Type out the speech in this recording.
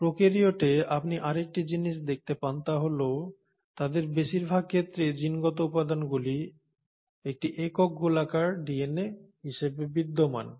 প্রোকারিওটে আপনি আরেকটি জিনিস দেখতে পান তা হল তাদের বেশিরভাগ ক্ষেত্রে জিনগত উপাদানগুলি একটি একক গোলাকার ডিএনএ হিসাবে বিদ্যমান